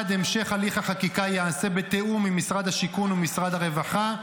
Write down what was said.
1. המשך הליך החקיקה ייעשה בתיאום עם משרד השיכון ומשרד הרווחה.